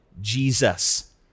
Jesus